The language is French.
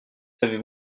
savez